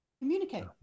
communicate